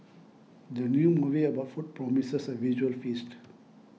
the new movie about food promises a visual feast